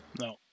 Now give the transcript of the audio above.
No